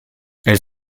elle